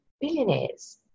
billionaires